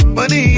Money